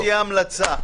תהיה המלצה,